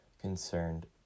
concerned